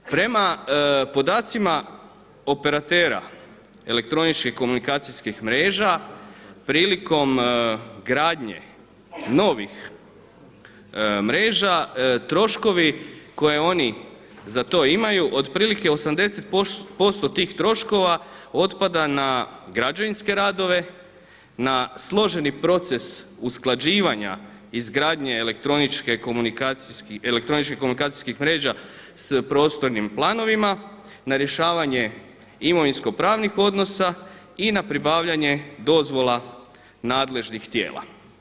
Prema podacima operatera elektroničkih komunikacijskih mreža, prilikom gradnje novih mreža troškovi koje oni za to imaju otprilike 80% tih troškova otpada na građevinske radove, na složeni proces usklađivanja izgradnje elektroničke komunikacijskih mreža s prostornim planovima, na rješavanje imovinskopravnih odnosa i na pribavljanje dozvola nadležnih tijela.